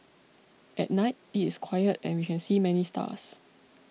at night it is quiet and we can see many stars